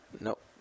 Nope